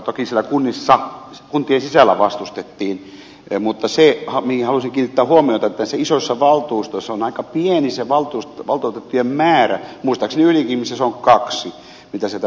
toki siellä kunnissa kuntien sisällä vastustettiin mutta halusin kiinnittää huomiota siihen että näissä isoissa valtuustoissa on aika pieni se valtuutettujen määrä muistaakseni ylikiimingissä se on kaksi joita sieltä pääsee